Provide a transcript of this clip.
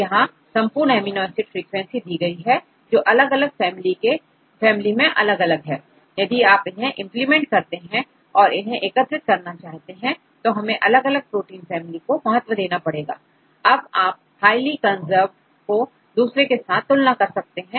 तो यहां संपूर्ण अमीनो एसिड फ्रीक्वेंसी दी गई है जो अलग अलग फैमिली में अलग अलग है यदि आप इन्हें इंप्लीमेंट करते हैं और इन्हें एकत्रित करना चाहते हैं तो हमें अलग अलग प्रोटीन फैमिली को महत्व देना पड़ेगा अब आप हाईली कंजर्व्ड को दूसरे के साथ तुलना कर सकते हैं